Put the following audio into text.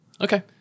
Okay